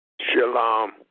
Shalom